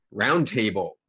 roundtable